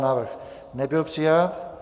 Návrh nebyl přijat.